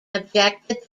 objected